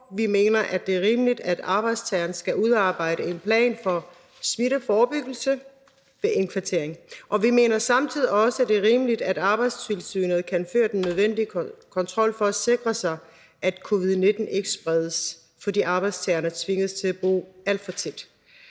Vi mener, at det er rimeligt, at arbejdsgiveren skal udarbejde en plan for smitteforebyggelse ved indkvartering, og vi mener samtidig også, at det er rimeligt, at Arbejdstilsynet kan føre den nødvendige kontrol for at sikre sig, at covid-19 ikke spredes, fordi arbejdstagerne tvinges til at bo alt for tæt.